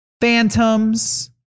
phantoms